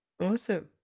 Awesome